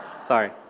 Sorry